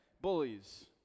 Bullies